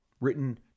written